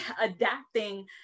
adapting